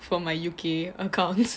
for my U_K accounts